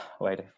wait